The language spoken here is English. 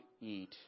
eat